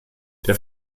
der